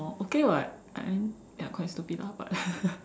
okay [what] I I mean ya quite stupid lah but